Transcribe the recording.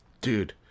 Dude